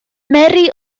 mary